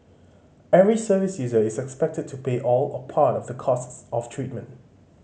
every service user is expected to pay all or part of the costs of treatment